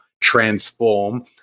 transform